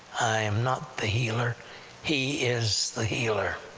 i am not the healer he is the healer,